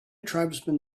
tribesman